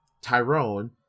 Tyrone